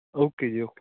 okay ji okay